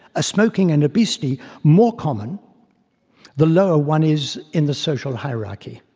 ah smoking and obesity more common the lower one is in the social hierarchy